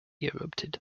erupted